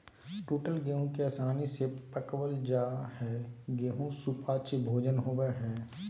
टूटल गेहूं के आसानी से पकवल जा हई गेहू सुपाच्य भोजन होवई हई